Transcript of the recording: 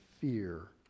fear